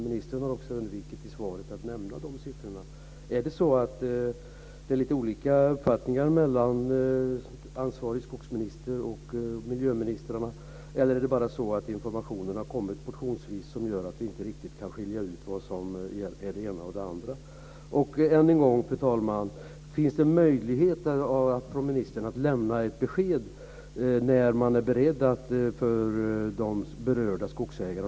Ministern har också undvikit att i svaret nämna dessa siffror. Är det så att det råder olika uppfattningar mellan ansvarig skogsminister och miljöministern? Eller är det för att informationen har kommit portionsvis som vi inte riktigt kan skilja ut vad som gäller? Fru talman! Än en gång: Finns det möjlighet för ministern att lämna ett besked om när man är beredd att precisera tidpunkten?